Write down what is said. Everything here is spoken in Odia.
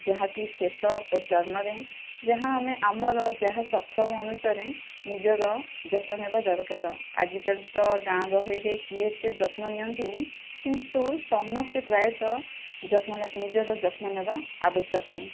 ଯାହା କି କେଶ ଆଉ ଚର୍ମରେ ଯାହା ଆମେ ଆମର ଯାହା ସକ୍ଷମ ଅନୁସାରେ ନିଜର ଯତ୍ନ ନେବା ଦରକାର ଆଜିକାଲି ତ ଗାଁ ଗହଳିରେ କିଏ ଏତେ ଯତ୍ନ ନିଅନ୍ତିନି କିନ୍ତୁ ସମସ୍ତେ ପ୍ରାୟତଃ ଯତ୍ନ ନିଜର ଯତ୍ନ ନେବା ଆବଶ୍ୟକ